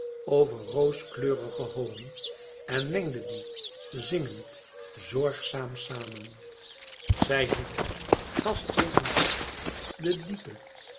over rooskleurigen honig en mengde die zingend zorgzaam samen zij hieven gastheer en gast de diepe